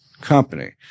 company